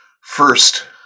First